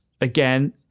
again